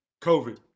COVID